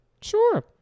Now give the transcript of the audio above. Sure